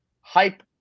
Hype